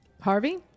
Harvey